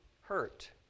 hurt